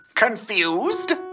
Confused